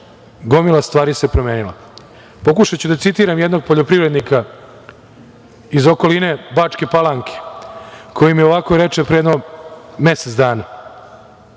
gomila stvari se promenila. Pokušaću da citiram jednog poljoprivrednika iz okoline Bačke Palanke, koji mi ovako reče pre jedno mesec dana,